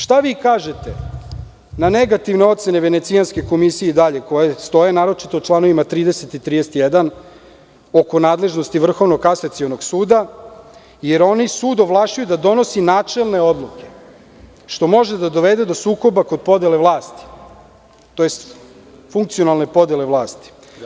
Šta vi kažete na negativne ocene Venecijanske komisije koje stoje naročito u čl. 30. i 31. oko nadležnosti Vrhovnog kasacionog suda, jer oni sud ovlašćuju da donosi načelne odluke, što može da dovede do sukoba kod podele vlasti tj. funkcionalne podele vlasti.